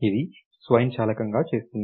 ఇది స్వయంచాలకంగా చేస్తుంది